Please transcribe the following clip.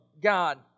God